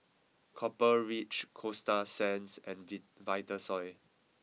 Copper Ridge Coasta Sands and we Vitasoy